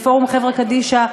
לפורום חברה קדישא,